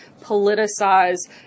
politicize